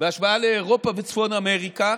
בהשוואה לאירופה וצפון אמריקה,